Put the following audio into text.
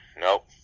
Nope